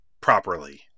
properly